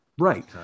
Right